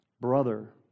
brother